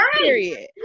period